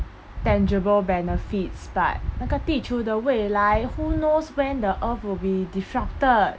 tangible benefits but 那个地球的未来 who knows when the earth will be disrupted